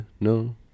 no